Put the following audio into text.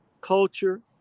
culture